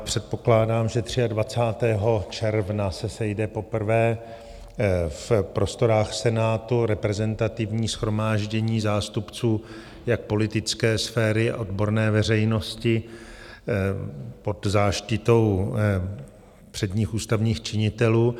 Předpokládám, že 23. června se sejde poprvé v prostorách Senátu reprezentativní shromáždění zástupců jak politické sféry, tak odborné veřejnosti pod záštitou předních ústavních činitelů.